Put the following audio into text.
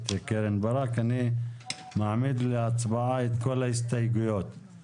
אני מעמיד להצבעה את נוסח הצעת החוק כפי שהוקרא,